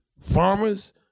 farmers